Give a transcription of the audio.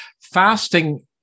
Fasting